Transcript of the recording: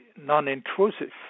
non-intrusive